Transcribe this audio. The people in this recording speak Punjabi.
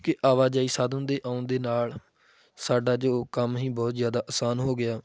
ਕਿ ਆਵਾਜਾਈ ਸਾਧਨ ਦੇ ਆਉਣ ਦੇ ਨਾਲ ਸਾਡਾ ਜੋ ਕੰਮ ਹੀ ਬਹੁਤ ਜ਼ਿਆਦਾ ਆਸਾਨ ਹੋ ਗਿਆ